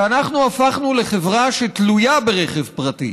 כי אנחנו הפכנו לחברה שתלויה ברכב פרטי.